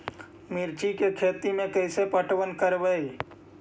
मिर्ची के खेति में कैसे पटवन करवय?